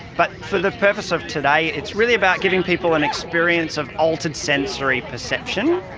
but for the purpose of today, it's really about giving people an experience of altered sensory perception.